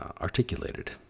articulated